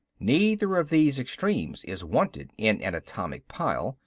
neither of these extremes is wanted in an atomic pile.